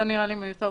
זה נראה לי מיותר.